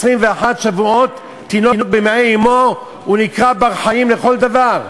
21 שבועות, תינוק במעי אמו נקרא בר-חיים לכל דבר.